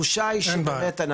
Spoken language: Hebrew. מכיוון שהתחושה היא שבאמת,